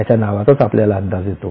याच्या नावातच आपल्याला अंदाज येतो